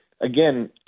again